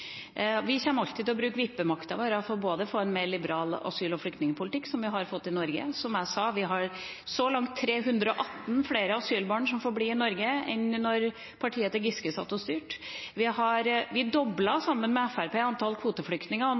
Vi kommer alltid til å bruke vippemakta vår for bl.a. å få en mer liberal flyktning- og asylpolitikk, som vi har fått i Norge. Som jeg sa: Det er så langt 318 flere asylbarn som får bli i Norge enn da partiet til Giske styrte. Sammen med Fremskrittspartiet doblet vi